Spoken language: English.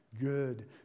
good